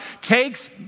Takes